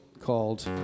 called